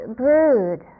brood